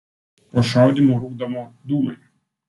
po šaudymų rūkdavo dūmai